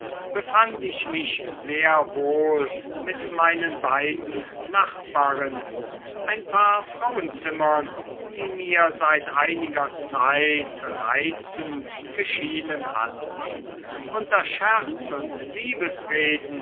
befand ich mich sehr wohl mit meinen beiden nachbarinnen ein paar frauenzimmern die mir seit einiger zeit reizend geschienen hatten unter scherz und